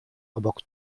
obok